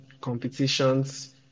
competitions